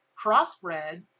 crossbred